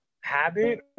habit